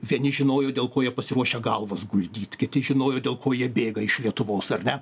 vieni žinojo dėl ko jie pasiruošę galvas guldyt kiti žinojo dėl ko jie bėga iš lietuvos ar ne